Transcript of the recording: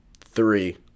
Three